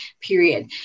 period